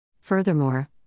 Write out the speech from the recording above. Furthermore